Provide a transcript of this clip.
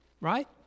right